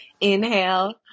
inhale